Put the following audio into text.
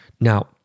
now